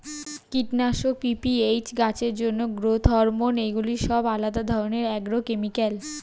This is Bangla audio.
কীটনাশক, পি.পি.এইচ, গাছের জন্য গ্রোথ হরমোন এগুলি সব আলাদা ধরণের অ্যাগ্রোকেমিক্যাল